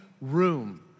room